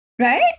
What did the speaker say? Right